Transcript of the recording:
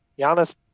Giannis